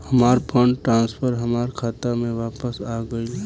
हमार fund transfer हमार खाता में वापस आ गइल